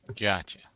Gotcha